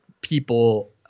people